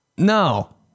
No